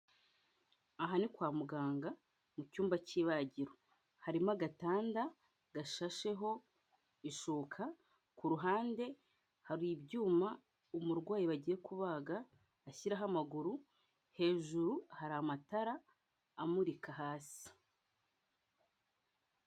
Aha ni kwa muganga, mu cyumba cy'ibagiro, harimo agatanda gashasheho ishuka, ku ruhande hari ibyuma umurwayi bagiye kubaga ashyiraho amaguru, hejuru hari amatara amurika hasi.